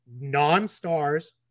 non-stars